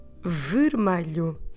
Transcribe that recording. Vermelho